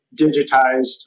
digitized